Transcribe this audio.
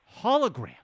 hologram